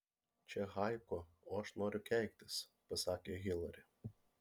čia haiku o aš noriu keiktis pasakė hilari